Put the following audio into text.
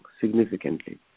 significantly